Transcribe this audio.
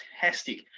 fantastic